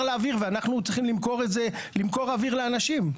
באוויר ואנחנו צריכים למכור אוויר לאנשים.